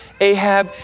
Ahab